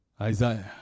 Isaiah